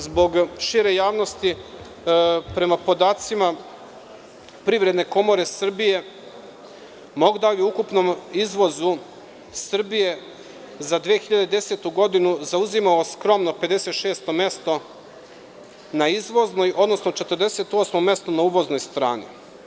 Zbog šire javnosti, prema podacima Privredne komore Srbije Moldavija u ukupnom izvozu Srbije za 2010. godinu zauzimala je skromno 56 mesto na izvoznoj, odnosno 48 mesto na uvoznoj strani.